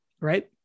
right